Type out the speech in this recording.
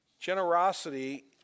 Generosity